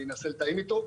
אנסה לתאם איתו.